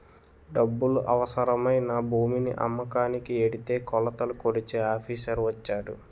డబ్బులు అవసరమై నా భూమిని అమ్మకానికి ఎడితే కొలతలు కొలిచే ఆఫీసర్ వచ్చాడు